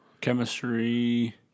Chemistry